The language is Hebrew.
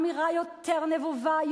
אמירה יותר נבובה,